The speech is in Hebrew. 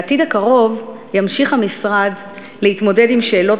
בעתיד הקרוב ימשיך המשרד להתמודד עם שאלות